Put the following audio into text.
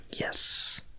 yes